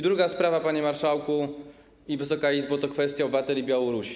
Druga sprawa, panie marszałku, Wysoka Izbo, to kwestia obywateli Białorusi.